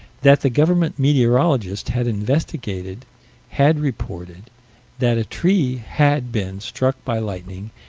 that the government meteorologist had investigated had reported that a tree had been struck by lightning,